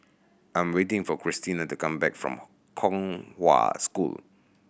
I am waiting for Christina to come back from Kong Hwa School